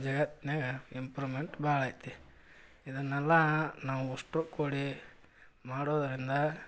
ಜಗತ್ನಾಗ improvement ಭಾಳ ಐತಿ ಇದನ್ನೆಲ್ಲ ನಾವಷ್ಟು ಕೂಡಿ ಮಾಡೋದರಿಂದ